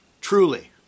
truly